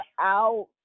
out